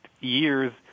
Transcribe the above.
years